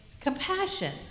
compassion